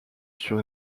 sur